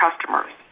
customers